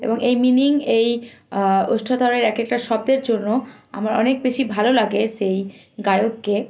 এবং এই মিনিং এই ওষ্ঠাদ্বয়ের এক একটা শব্দের জন্য আমার অনেক বেশি ভালো লাগে সেই গায়ককে